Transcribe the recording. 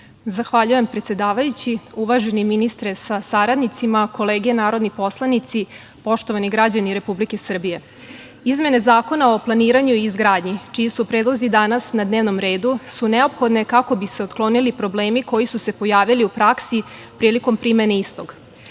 Zahvaljujem predsedavajući. Uvaženi ministre sa saradnicima, kolege narodni poslanici, poštovani građani Republike Srbije, izmene Zakona o planiranju i izgradnji, čiji su predlozi danas na dnevnom redu, su neophodne kako bi se otklonili problemi koji su se pojavili u praksi prilikom primene